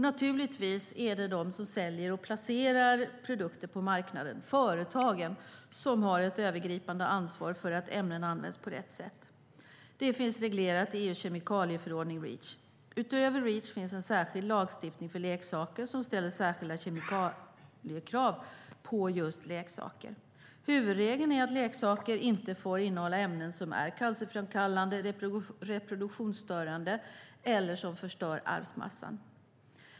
Naturligtvis är det de som säljer och placerar produkter på marknaden, företagen, som har ett övergripande ansvar för att ämnen används på rätt sätt. Det finns reglerat i EU:s kemikalieförordning, Reach. Utöver Reach finns en särskild lagstiftning för leksaker som ställer särskilda kemikaliekrav på just leksaker. Huvudregeln är att leksaker inte får innehålla ämnen som är cancerframkallande, reproduktionsstörande eller som förstör arvsmassan.